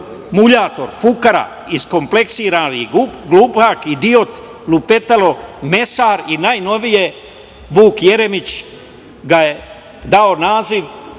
muljator, fukara, iskompleksirani glupak, idiot, lupetalo, mesar i najnovije, Vuk Jeremić mu je dao naziv,